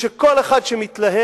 שכל אחד שמתלהם